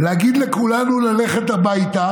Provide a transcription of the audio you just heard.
להגיד לכולנו ללכת הביתה